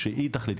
כשהיא תחליט,